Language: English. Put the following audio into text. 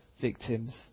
victims